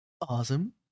awesome